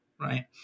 right